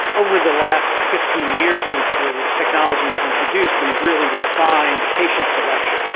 over the last fifteen years since the technology was introduced we've really refined patient selection.